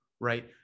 right